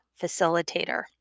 Facilitator